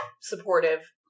supportive